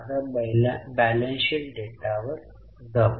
आता balance sheet data वर जाऊ